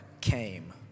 came